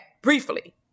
briefly